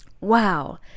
Wow